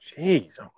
Jeez